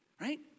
right